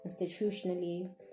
institutionally